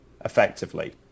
effectively